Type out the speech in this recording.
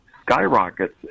skyrockets